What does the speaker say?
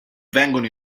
vengono